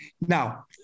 Now